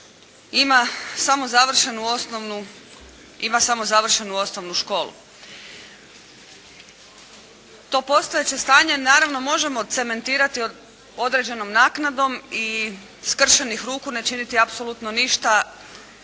ima samo završenu osnovnu školu. To postojeće stanje naravno možemo cementirati određenom naknadom i skršenih ruku ne činiti apsolutno ništa